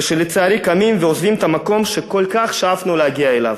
ושלצערי קמים ועוזבים את המקום שכל כך שאפנו להגיע אליו.